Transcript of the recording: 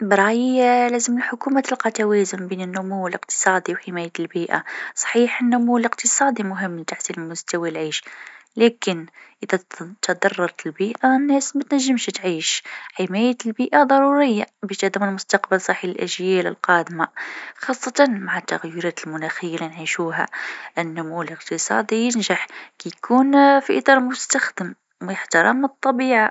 الحكومات لازم توازن بين النمو الاقتصادي وحماية البيئة. الاقتصاد مهم باش الناس تعيش مرتاحة، لكن من غير بيئة نقية وصحية، المستقبل متاعنا في خطر. الأولوية لازم تكون للتوازن بين الاثنين.